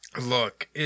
Look